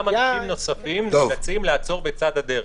גם אנשים נוספים נאלצים לעצור בצד הדרך.